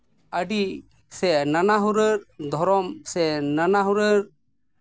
ᱟᱹᱰᱤ ᱥᱮ ᱱᱟᱱᱟ ᱦᱩᱱᱟᱹᱨ ᱫᱷᱚᱨᱚᱢ ᱥᱮ ᱱᱟᱱᱟ ᱦᱩᱱᱟᱹᱨ